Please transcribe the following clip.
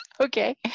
Okay